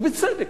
ובצדק.